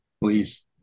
Please